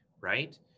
right